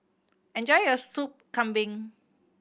enjoy your Sup Kambing